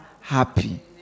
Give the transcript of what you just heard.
happy